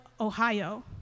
Ohio